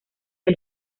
que